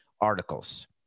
articles